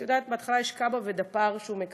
את יודעת שבהתחלה יש קב"א ודפ"ר, שהוא מקבל,